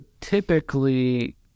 typically